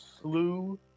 slew